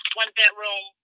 one-bedroom